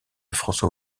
françois